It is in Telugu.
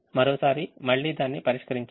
మరోసారి మళ్ళీ దాన్ని పరిష్కరించండి